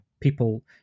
people